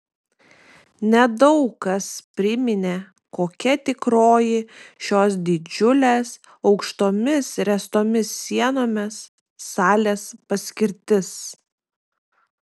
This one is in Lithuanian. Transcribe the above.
nedaug kas priminė kokia tikroji šios didžiulės aukštomis ręstomis sienomis salės paskirtis